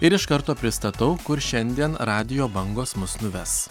ir iš karto pristatau kur šiandien radijo bangos mus nuves